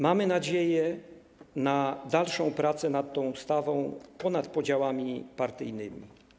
Mamy nadzieję na dalszą pracę nad tą ustawą ponad podziałami partyjnymi.